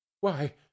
Why